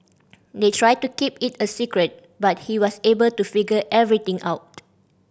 they tried to keep it a secret but he was able to figure everything out